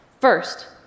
First